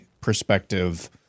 perspective